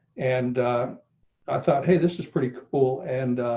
and i thought, hey, this is pretty cool and